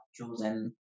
chosen